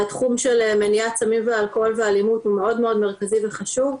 והתחום של מניעת סמים ואלכוהול ואלימות הוא מאוד מרכזי וחשוב,